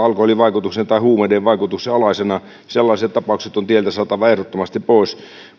alkoholin vaikutuksen tai huumeiden vaikutuksen alaisena sellaiset tapaukset on tieltä saatava ehdottomasti pois